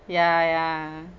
ya ya